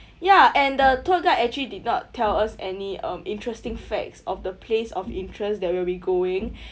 ya and the tour guide actually did not tell us any um interesting facts of the place of interest that we'll be going